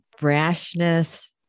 brashness